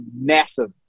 massive